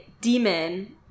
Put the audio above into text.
demon